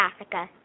Africa